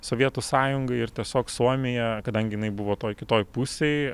sovietų sąjungai ir tiesiog suomija kadangi jinai buvo toj kitoj pusėj